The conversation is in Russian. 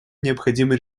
необходимы